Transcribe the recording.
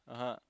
(uh huh)